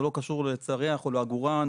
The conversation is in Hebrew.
זה לא קשור לצריח או לעגורן.